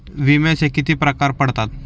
विम्याचे किती प्रकार पडतात?